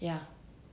ya